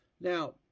Now